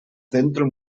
centro